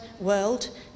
world